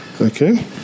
Okay